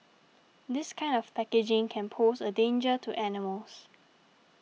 this kind of packaging can pose a danger to animals